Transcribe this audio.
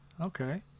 Okay